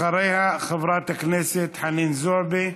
אחריה, חברת הכנסת חנין זועבי.